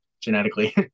genetically